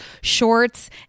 shorts